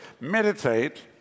Meditate